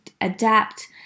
adapt